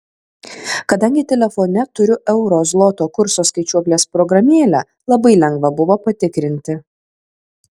kadangi telefone turiu euro zloto kurso skaičiuoklės programėlę labai lengva buvo patikrinti